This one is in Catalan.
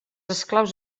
esclaus